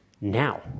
now